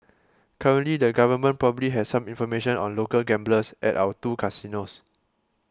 currently the government probably has some information on local gamblers at our two casinos